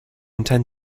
intend